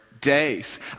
days